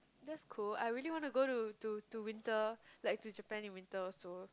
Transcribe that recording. that's cool I really want to go to to to winter like to Japan in winter also